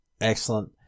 Excellent